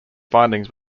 findings